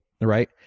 right